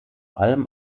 allem